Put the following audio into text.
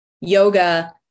yoga